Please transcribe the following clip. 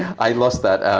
i lost that.